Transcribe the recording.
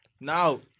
now